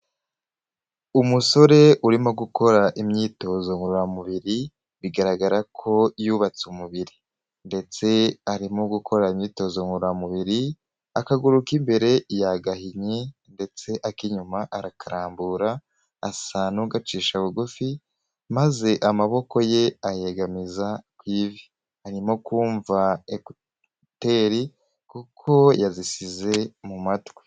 Umusore urimo gukora imyitozo ngororamubiri, bigaragara ko yubatse umubiri ndetse arimo gukora imyitozo ngororamubiri, akaguru k'imbere yagahinyi ndetse ak'inyuma arakarambura asa n'ugacisha bugufi, maze amaboko ye ayegamiza ku ivi, arimo kumva ekuteri kuko yazisize mu matwi.